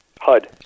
hud